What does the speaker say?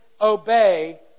obey